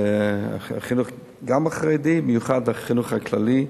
גם החרדי, ובמיוחד, החינוך הכללי.